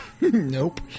Nope